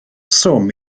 swm